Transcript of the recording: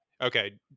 Okay